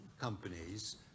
companies